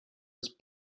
its